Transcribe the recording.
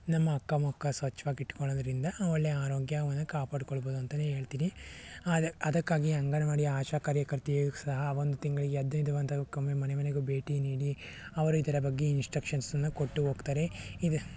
ನಮ್ಮ ಅಕ್ಕ ಪಕ್ಕ ಸ್ವಚ್ಚವಾಗಿ ಇಟ್ಟುಕೊಳ್ಳೋದ್ರಿಂದ ಒಳ್ಳೆ ಆರೋಗ್ಯವನ್ನು ಕಾಪಾಡ್ಕೊಳ್ಬೋದು ಅಂತಲೇ ಹೇಳ್ತೀನಿ ಅದ ಅದಕ್ಕಾಗಿ ಅಂಗನವಾಡಿ ಆಶಾ ಕಾರ್ಯಕರ್ತೆಯರು ಸಹ ಒಂದು ತಿಂಗಳಿಗೆ ಹದ್ನೈದು ದಿನಕ್ಕೊಮ್ಮೆ ಮನೆ ಮನೆಗೂ ಭೇಟಿ ನೀಡಿ ಅವರು ಇದರ ಬಗ್ಗೆ ಇನ್ಸ್ಟ್ರಕ್ಷನ್ಸನ್ನು ಕೊಟ್ಟು ಹೋಗ್ತಾರೆ